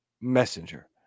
Messenger